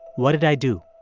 what did i do?